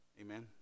Amen